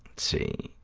see